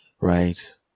Right